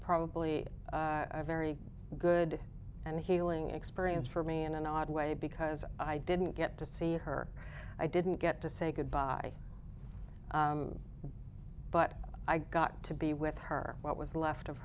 probably a very good and healing experience for me in an odd way because i didn't get to see her i didn't get to say goodbye but i got to be with her what was left of